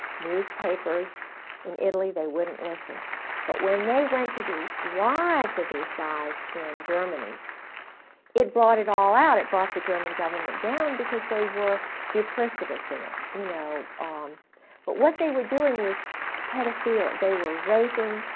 newspapers in italy they wouldn't listen but when they went to the wives of these guys in germany it brought it all out it brought the german government down because they were duplicitous in it you know um but what they were doing was pedophilia. they were raping.